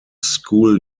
school